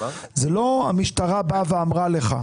זה לא המשטרה באה ואמרה לך.